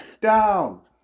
down